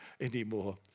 anymore